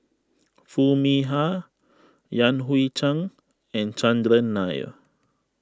Foo Mee Har Yan Hui Chang and Chandran Nair